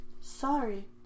Sorry